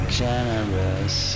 generous